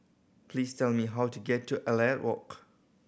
please tell me how to get to Elliot Walk